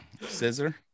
scissor